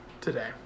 today